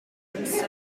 concern